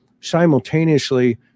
simultaneously